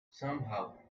somehow